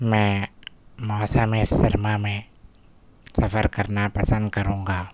میں موسم سرما میں سفر کرنا پسند کروں گا